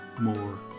more